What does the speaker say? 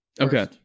Okay